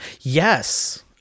yes